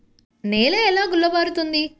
నేల ఎలా గుల్లబారుతుంది?